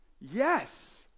Yes